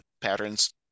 patterns